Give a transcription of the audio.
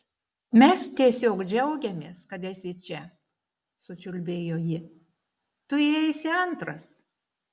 mes tiesiog džiaugiamės kad esi čia sučiulbėjo ji tu įeisi antras